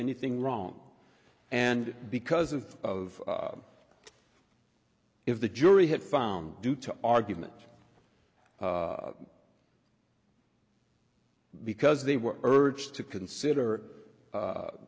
anything wrong and because of of if the jury had found due to argument because they were urged to consider